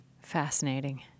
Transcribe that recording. Fascinating